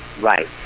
Right